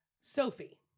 Sophie